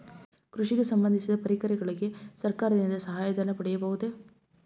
ಕೃಷಿಗೆ ಸಂಬಂದಿಸಿದ ಪರಿಕರಗಳಿಗೆ ಸರ್ಕಾರದಿಂದ ಸಹಾಯ ಧನ ಪಡೆಯಬಹುದೇ?